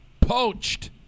poached